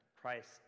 Christ